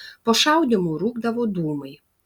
po šaudymų rūkdavo dūmai